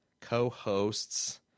co-hosts